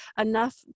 enough